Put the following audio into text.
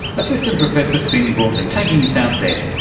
assistant professor finn brunton, taking us out there.